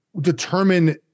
determine –